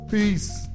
Peace